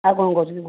ଆଉ କ'ଣ କହୁଛନ୍ତି